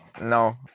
No